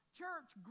church